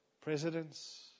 presidents